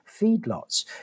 feedlots